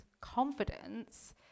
confidence